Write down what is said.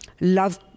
love